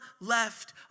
left